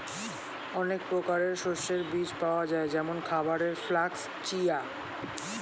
অনেক প্রকারের শস্যের বীজ পাওয়া যায় যেমন খাবারের ফ্লাক্স, চিয়া